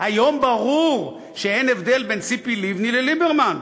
היום ברור שאין הבדל בין ציפי לבני לליברמן.